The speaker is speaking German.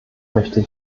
möchte